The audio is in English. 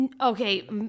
Okay